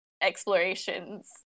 explorations